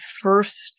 first